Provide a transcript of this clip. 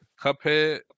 Cuphead